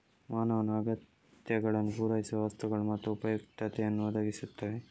ಮಾನವನ ಅಗತ್ಯಗಳನ್ನು ಪೂರೈಸುವ ವಸ್ತುಗಳು ಮತ್ತು ಉಪಯುಕ್ತತೆಯನ್ನು ಒದಗಿಸುತ್ತವೆ